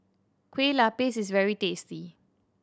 Kueh Lapis is very tasty